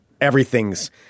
everything's